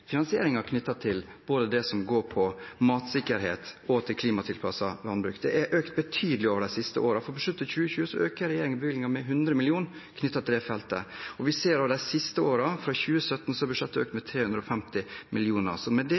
vi finansieringen til både det som går på matsikkerhet og til klimatilpasset landbruk. Det er økt betydelig de siste årene. I budsjettet for 2020 øker regjeringen bevilgningene med 100 mill. kr til dette feltet. Vi ser det også de siste årene, at fra 2017 har budsjettet økt med 350 mill. kr. Med det